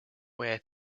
where